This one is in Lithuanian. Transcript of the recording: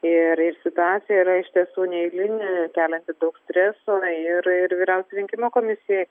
ir ir situacija yra iš tiesų neeilinė kelianti daug streso ir ir vyriausioji rinkimų komisijai